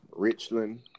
Richland